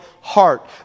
heart